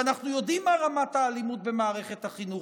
ואנחנו יודעים מה רמת האלימות במערכת החינוך,